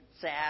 sad